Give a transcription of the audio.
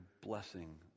blessing